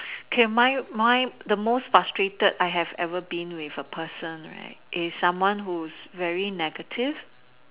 okay mine mine the most frustrated I have ever been with a person right is someone who is very negative